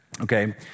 Okay